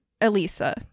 Elisa